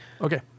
okay